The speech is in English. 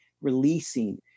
releasing